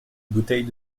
bouteille